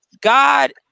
God